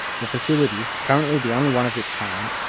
the facility, currently the only one of its kind,